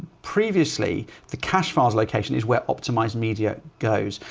previously the cache files location is where optimized media goes,